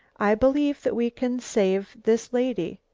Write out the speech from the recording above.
i believe that we can save this lady,